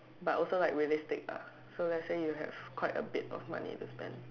but also like realistic ah so let's say you have quite a bit of money to spend